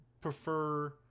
prefer